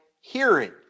hearing